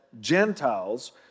Gentiles